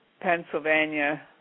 Pennsylvania